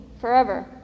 forever